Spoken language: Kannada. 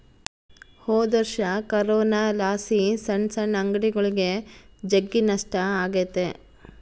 ಹೊದೊರ್ಷ ಕೊರೋನಲಾಸಿ ಸಣ್ ಸಣ್ ಅಂಗಡಿಗುಳಿಗೆ ಜಗ್ಗಿ ನಷ್ಟ ಆಗೆತೆ